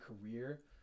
career